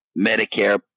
Medicare